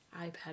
iPad